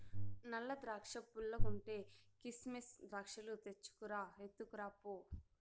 నల్ల ద్రాక్షా పుల్లగుంటే, కిసిమెస్ ద్రాక్షాలు తెచ్చుకు రా, ఎత్తుకురా పో